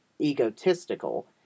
egotistical